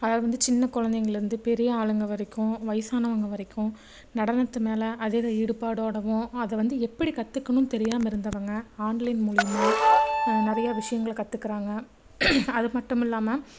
அதாவது வந்து சின்ன குழந்தைங்கள்லேருந்து பெரிய ஆளுங்க வரைக்கும் வயசானவங்க வரைக்கும் நடனத்து மேலே அதீத ஈடுபாடோடவும் அதை வந்து எப்படி கத்துக்கணும் தெரியாமல் இருந்தவங்க ஆன்லைன் மூலியமாக நிறையா விஷயங்களை கத்துக்குகிறாங்க அது மட்டும் இல்லாமல்